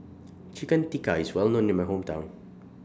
Chicken Tikka IS Well known in My Hometown